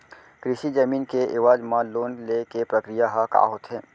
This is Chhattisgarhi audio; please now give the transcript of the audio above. कृषि जमीन के एवज म लोन ले के प्रक्रिया ह का होथे?